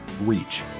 reach